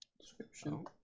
description